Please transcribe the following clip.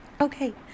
Okay